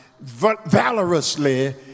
valorously